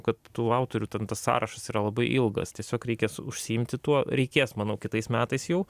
kad tų autorių ten tas sąrašas yra labai ilgas tiesiog reikia užsiimti tuo reikės manau kitais metais jau